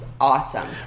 awesome